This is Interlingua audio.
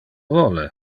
vole